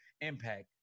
impact